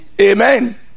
amen